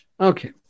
Okay